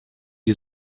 die